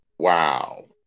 wow